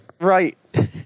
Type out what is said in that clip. Right